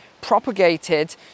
propagated